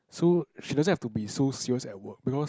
so she doesn't have to be so serious at work because